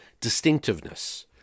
distinctiveness